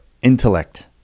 intellect